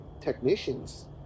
technicians